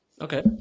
okay